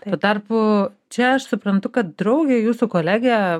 tuo tarpu čia aš suprantu kad draugė jūsų kolegė